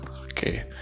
okay